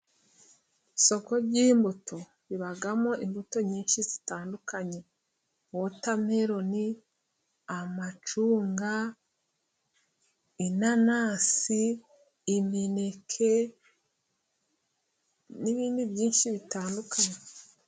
Isoko ry'imbuto ribamo imbuto nyinshi zitandukanye : wotameloni, amacunga, inanasi, imineke n'ibindi byinshi bitandukanye.